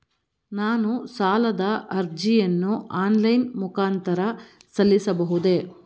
ನಾನು ಸಾಲದ ಅರ್ಜಿಯನ್ನು ಆನ್ಲೈನ್ ಮುಖಾಂತರ ಸಲ್ಲಿಸಬಹುದೇ?